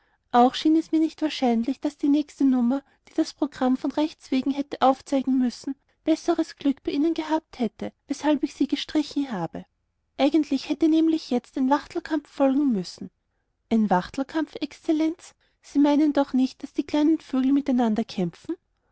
auch schien es mir nicht wahrscheinlich daß die nächste nummer die das programm von rechts wegen hätte aufzeigen müssen besseres glück bei ihnen gehabt hätte weshalb ich sie gestrichen habe eigentlich hätte nämlich jetzt ein wachtelkampf folgen müssen ein wachtelkampf exzellenz sie meinen doch nicht daß die kleinen vögel miteinander kämpfen